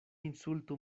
insultu